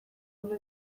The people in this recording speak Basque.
ondo